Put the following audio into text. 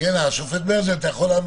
היועץ המשפטי לממשלה,